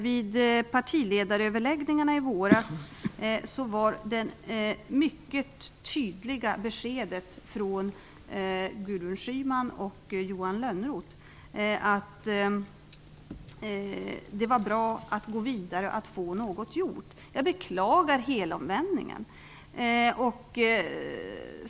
Vid partiledaröverläggningarna i våras var det mycket tydliga beskedet från Gudrun Schyman och Johan Lönnroth att det var bra att gå vidare och få något gjort. Jag beklagar den här helomvändningen.